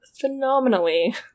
phenomenally